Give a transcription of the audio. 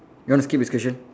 you want to skip this question